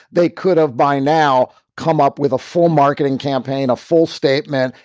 they could have by now come up with a full marketing campaign, a full statement,